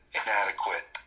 inadequate